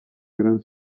gran